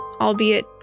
albeit